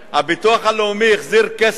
החזיר כסף